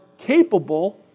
capable